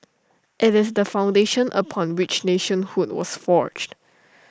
IT is the foundation upon which nationhood was forged